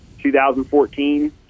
2014